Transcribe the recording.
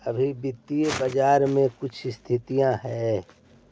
अभी वित्तीय बाजार में कुछ स्थिरता हई